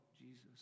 Jesus